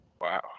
Wow